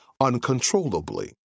uncontrollably